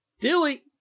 Dilly